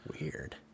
Weird